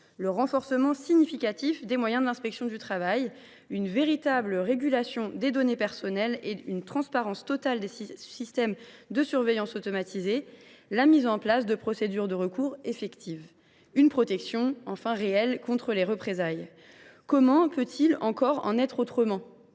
le renforcement significatif des moyens de l’inspection du travail ; une véritable régulation des données personnelles et une transparence totale des systèmes de surveillance automatisés ; la mise en place de procédures de recours effectives ; une protection réelle contre les représailles. Comment peut il encore en être autrement ?